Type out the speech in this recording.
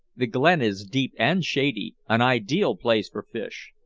the glen is deep and shady an ideal place for fish.